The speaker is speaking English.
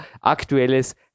aktuelles